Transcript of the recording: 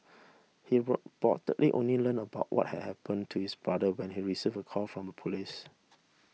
he reportedly only learned about what had happened to his brother when he receive a call from the police